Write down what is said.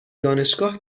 دانشگاه